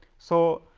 so,